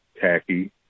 tacky